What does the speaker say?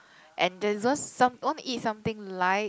and there was this once want to eat something light